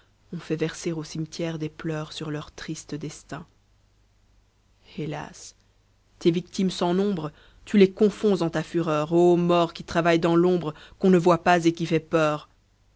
ont fait verser au cimetière des pleurs sur leur triste destin hélas tes victimes sans nombre tu les confonds en ta fureur o mort qui travailles dans l'ombre qu'on ne voit pas et qui fais peur